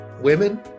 women